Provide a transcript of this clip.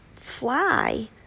fly